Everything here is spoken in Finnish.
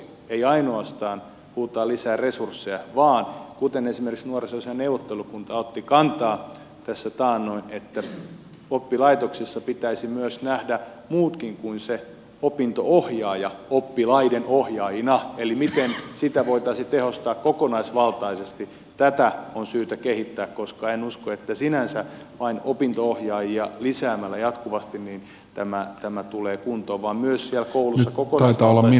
ei ainoastaan huutaa lisää resursseja vaan kuten esimerkiksi nuorisoasiain neuvottelukunta otti kantaa tässä taannoin että oppilaitoksissa pitäisi myös nähdä muutkin kuin se opinto ohjaaja oppilaiden ohjaajina eli miten sitä voitaisiin tehostaa kokonaisvaltaisesti tätä on syytä kehittää koska en usko että sinänsä vain opinto ohjaajia lisäämällä jatkuvasti tämä tulee kuntoon vaan myös jatkuu koko talven